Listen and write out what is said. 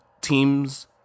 teams